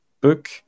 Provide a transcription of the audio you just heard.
book